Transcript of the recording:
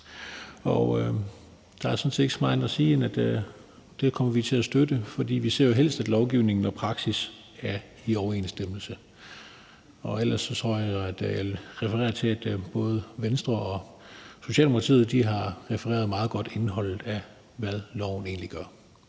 set ikke så meget andet at sige, end at vi kommer til at støtte det. For vi ser jo helst, at lovgivningen og praksis er i overensstemmelse. Ellers tror jeg, at jeg vil referere til, at både Venstre og Socialdemokratiet meget godt har refereret, hvad der er